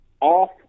off